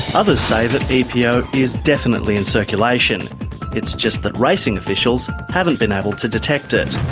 others say that epo is definitely in circulation it's just that racing officials haven't been able to detect it.